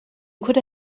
could